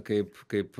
kaip kaip